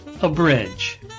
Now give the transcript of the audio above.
Abridge